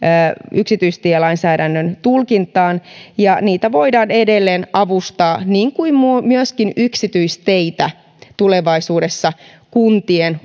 yksityistielainsäädännön tulkintaan ja niitä voidaan edelleen avustaa niin kuin myöskin yksityisteitä tulevaisuudessa kuntien